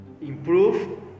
improve